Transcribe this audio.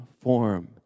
form